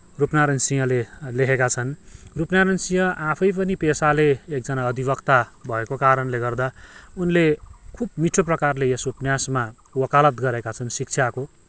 रूपनारायण सिंहले लेखेका छन् रूपनारायण सिंह आफै पनि पेसाले एकजना अधिवक्ता भएको कारणले गर्दा उनले खुब मिठो प्रकारले यस उपन्यासमा वकालत गरेका छन् शिक्षाको